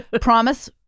Promise